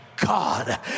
God